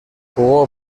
jugó